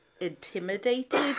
Intimidated